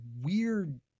weird